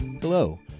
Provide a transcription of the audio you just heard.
Hello